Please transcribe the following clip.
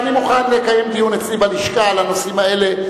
אני מוכן לקיים דיון אצלי בלשכה על הנושאים האלה.